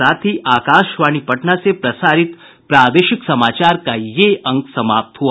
इसके साथ ही आकाशवाणी पटना से प्रसारित प्रादेशिक समाचार का ये अंक समाप्त हुआ